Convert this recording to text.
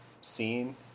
scene